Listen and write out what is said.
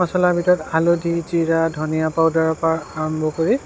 মছলাৰ ভিতৰত হালধি জিৰা ধনীয়া পাউদাৰৰ পৰা আৰম্ভ কৰি